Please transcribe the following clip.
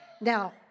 Now